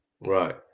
Right